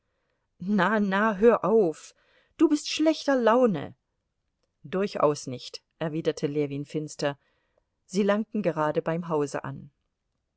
na na hör auf du bist schlechter laune durchaus nicht erwiderte ljewin finster sie langten gerade beim hause an